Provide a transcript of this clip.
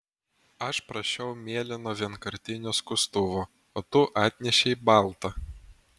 aš prašiau mėlyno vienkartinio skustuvo o tu atnešei baltą